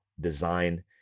design